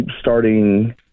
starting